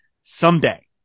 someday